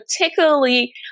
particularly